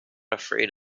afraid